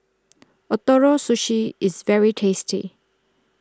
Ootoro Sushi is very tasty